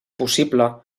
possible